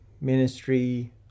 ministry